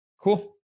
cool